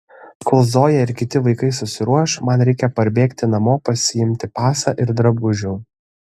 kol zoja ir kiti vaikai susiruoš man reikia parbėgti namo pasiimti pasą ir drabužių